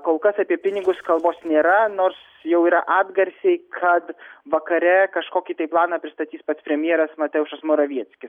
kol kas apie pinigus kalbos nėra nors jau yra atgarsiai kad vakare kažkokį tai planą pristatys pats premjeras mateušas moravieckis